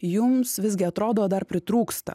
jums visgi atrodo dar pritrūksta